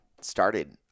started